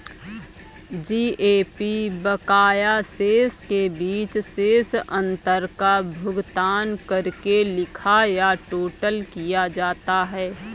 GAP बकाया शेष के बीच शेष अंतर का भुगतान करके लिखा या टोटल किया जाता है